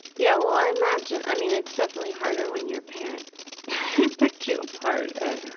yeah, well i imagine, i mean it's definitely harder when your parent picked you apart and,